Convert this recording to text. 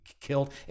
killed